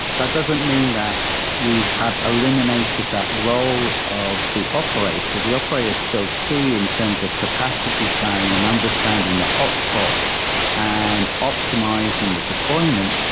that doesn't mean that you have eliminated that role of the operator. the operator is still key in terms of capacity planning and understanding the hotspots and optimizing the deployment,